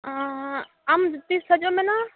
ᱟᱢ ᱛᱤᱥ ᱦᱤᱡᱩᱜᱼᱮᱢ ᱢᱮᱱᱟ